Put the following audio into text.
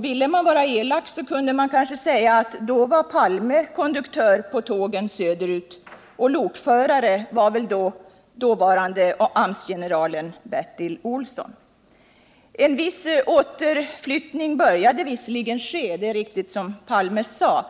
Ville man vara elak kunde man kanske säga att då var Olof Palme konduktör på tågen söderut. Lokförare var väl dåvarande AMS-generalen Bertil Olsson. En viss återflyttning började visserligen ske — det är riktigt som Olof Palme sade.